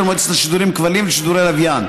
ולמועצה לשידורי כבלים ולשידורי לוויין.